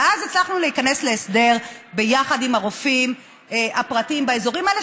ואז הצלחנו להיכנס להסדר ביחד עם הרופאים הפרטיים באזורים האלה,